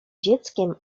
dzieckiem